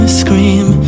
scream